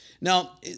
Now